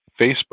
Facebook